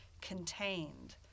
contained